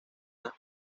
las